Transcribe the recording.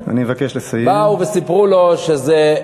באו וסיפרו לו שזה,